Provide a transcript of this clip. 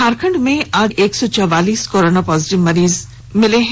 झारखंड में आज एक सौ चौवालीस कोरोना पॉजिटिव मरीज मिले हैं